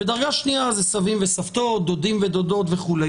ודרגה שניה זה סבים וסבתות, דודים ודודות וכולי.